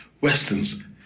Westerns